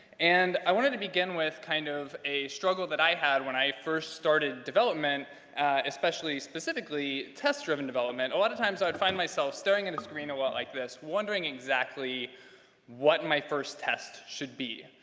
and i want to begin with kind of a struggle that i had when i first started development especially specifically test-driven development. a lot of times, i would find myself staring in the screen a lot like this, wondering exactly what my first test should be,